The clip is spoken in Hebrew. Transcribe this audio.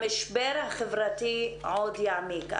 המשבר החברתי עוד יעמיק.